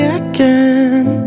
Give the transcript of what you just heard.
again